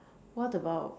what about